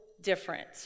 different